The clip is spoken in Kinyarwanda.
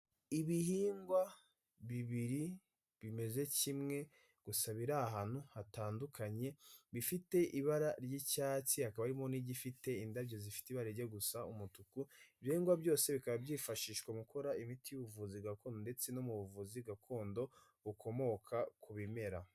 Ibihingwa bibiri bimeze kimwe gusa biri ahantu hatandukanye, bifite ibara ry'icyatsi hakaba harimo n'igifite indabyo zifite ibara rijya gusa umutuku, ibyo bihingwa byose bikaba byifashishwa mu gukora imiti y'ubuvuzi gakondo ndetse no mu buvuzi gakondo bukomoka ku bimera.